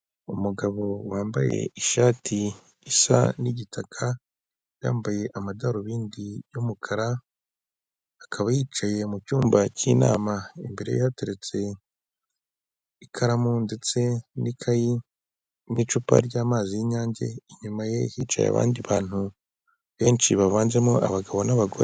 Umugabo wambaye ishati isa nigitaka yambaye amadarubindi y'umukara akaba yicaye mucyumba cy'inama imbere yateretse ikaramu ndetse n'ikayi n'icupa ry'amazi y'inyange inyuma ye hicaye abandi bantu benshi babanjemo abagabo n'abagore.